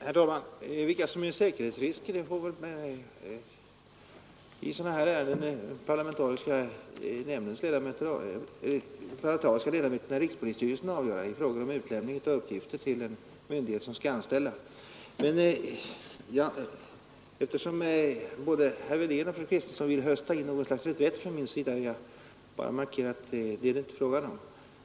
Herr talman! Vilka som är säkerhetsrisker i sådana här ärenden får väl de parlamentariska ledamöterna i rikspolisstyrelsen avgöra vid frågor om utlämning av uppgifter till den myndighet som skall anställa. Eftersom både herr Wedén och fru Kristensson vill hösta in något slags reträtt från min sida vill jag bara markera att det är det inte frågan om.